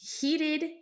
heated